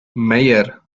mayor